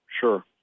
sure